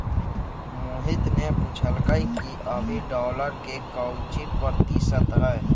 मोहित ने पूछल कई कि अभी डॉलर के काउची प्रतिशत है?